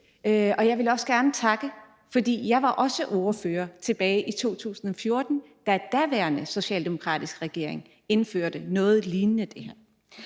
svar og tale. Jeg var også ordfører tilbage i 2014, da den daværende socialdemokratiske regering indførte noget lignende, så jeg